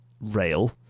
rail